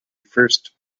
first